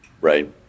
Right